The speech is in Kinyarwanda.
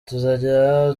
tuzajya